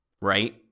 right